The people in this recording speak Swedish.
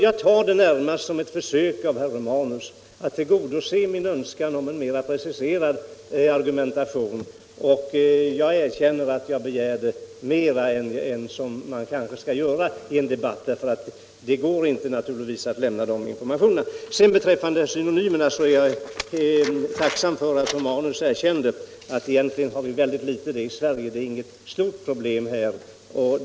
Jag tar det närmast som ett försök av herr Romanus att tillgodose min önskan om en mera preciserad argumentation, och jag erkänner att jag begärde mera än man kanske skall begära i en debatt, för det går naturligtvis inte att lämna de informationerna. Beträffande synonymerna är jag tacksam för att herr Romanus erkände att vi egentligen har mycket litet av det problemet i Sverige.